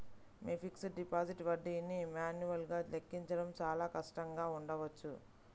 మీ fixed deposit వడ్డీని మాన్యువల్గా లెక్కించడం చాలా కష్టంగా ఉండవచ్చు